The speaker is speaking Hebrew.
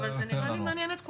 אבל זה נראה לי מעניין את כולנו.